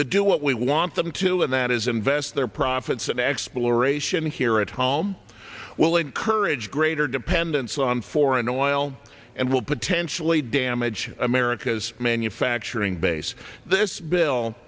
that do what we want them to and that is invest their profits and exploration here at home will encourage greater dependence on foreign oil and will potentially damage america's manufacturing base this bill